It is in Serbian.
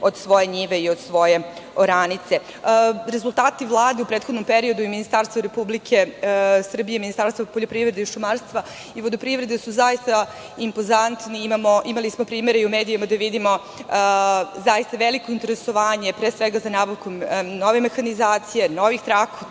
od svoje njive i od svoje oranice. Rezultati Vlade u prethodnom periodu i Ministarstvo poljoprivrede i šumarstva i vodoprivrede su zaista impozantni i imali smo primere u medijima da vidimo zaista veliko interesovanje, pre svega za nabavku nove mehanizacije, novih traktora.